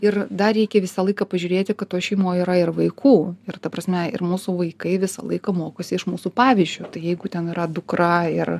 ir dar reikia visą laiką pažiūrėti kad toj šeimoj yra ir vaikų ir ta prasme ir mūsų vaikai visą laiką mokosi iš mūsų pavyzdžio tai jeigu ten yra dukra ir